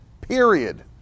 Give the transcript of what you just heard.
period